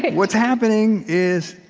what's happening is,